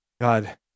God